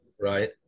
Right